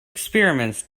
experiments